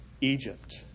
Egypt